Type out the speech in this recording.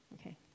Okay